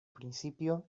principio